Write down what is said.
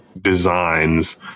designs